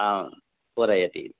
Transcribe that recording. आम् पूरयति